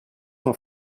nur